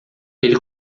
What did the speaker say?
ele